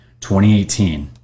2018